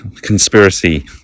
conspiracy